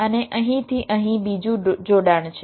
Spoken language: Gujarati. અને અહીંથી અહીં બીજું જોડાણ છે